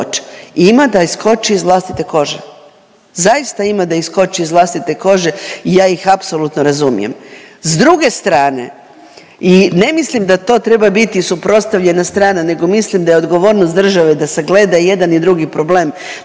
Ima da iskoči iz vlastite kože. Zaista ima da iskoči iz vlastite kože i ja ih apsolutno razumijem. S druge strane i ne mislim da to treba biti suprotstavljena strana, nego mislim da je odgovornost države da sagleda i jedan i drugi problem.